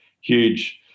huge